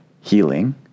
healing